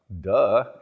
duh